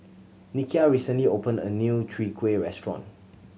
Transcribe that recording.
Nikia recently opened a new Chwee Kueh restaurant